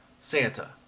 Santa